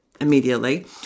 immediately